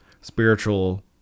spiritual